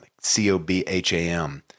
C-O-B-H-A-M